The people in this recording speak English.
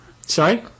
Sorry